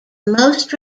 most